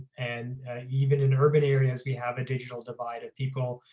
and even in urban areas, we have a digital divide of people,